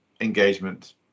engagement